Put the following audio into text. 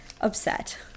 upset